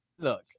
Look